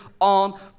on